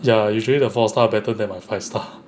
ya usually the four star [one] better than our five star